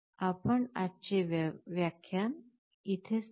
आपण आजचे व्याख्यान इथे थांबवू